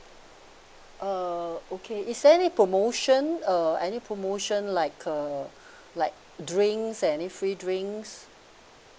uh okay is there any promotion uh any promotion like uh like drinks and any free drinks